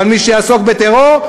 אבל מי שיעסוק בטרור,